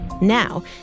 Now